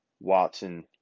Watson